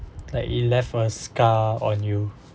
like it left a scar on you